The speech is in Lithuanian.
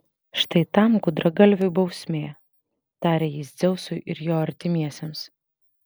štai tam gudragalviui bausmė tarė jis dzeusui ir jo artimiesiems